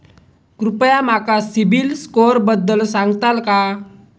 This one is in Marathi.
कृपया माका सिबिल स्कोअरबद्दल सांगताल का?